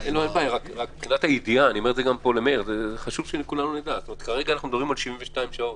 כרגע אנו מדברים על 72 שעות.